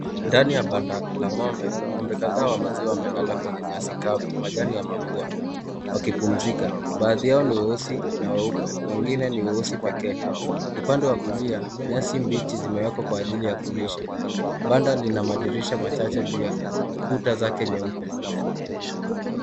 Ndani ya banda la ngombe, ngombe kadhaa wamelala kwenye nyasi kavu majani ya mabua, wakipumzika baadhi yao ni weusi na weupe wengine ni weusi pekee, upande wa kulia nyasi mbichi zimeewekwa kwa ajili ya kulisha, banda lina madisrisha machache juu ya kuta zake nyeupe.